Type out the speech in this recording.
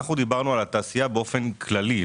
דיברנו על התעשייה באופן כללי,